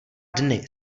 dny